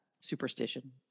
superstition